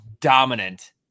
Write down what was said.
dominant